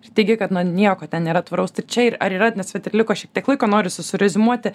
ir teigi kad na nieko ten nėra tvaraus tai čia ir ar yra nes vat ir liko šiek tiek laiko norisi sureziumuoti